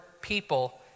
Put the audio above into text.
people